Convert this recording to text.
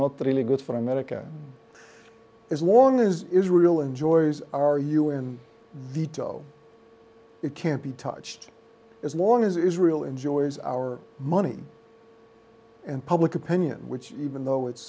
only good for america as long as israel enjoys are you in veto it can't be touched as long as israel enjoys our money and public opinion which even though it's